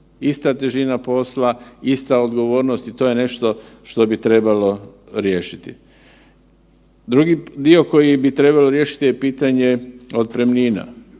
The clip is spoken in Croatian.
ista težina posla, ista odgovornost i to je nešto što trebalo riješiti. Drugi dio koji bi trebalo riješiti je pitanje otpremnina.